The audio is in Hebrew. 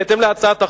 בהתאם להצעת החוק,